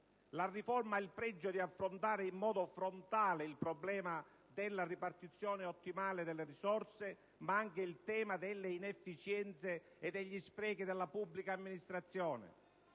La riforma ha il pregio di affrontare in modo frontale il problema della ripartizione ottimale delle risorse, ma anche il tema delle inefficienze e degli sprechi della pubblica amministrazione.